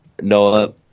Noah